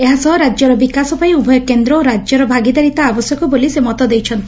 ଏହା ସହ ରାକ୍ୟର ବିକାଶ ପାଇଁ ଉଭୟ କେନ୍ଦ୍ର ଓ ରାକ୍ୟର ଭାଗିଦାରୀତା ଆବଶ୍ୟକ ବୋଲି ସେ ମତ ଦେଇଛନ୍ତି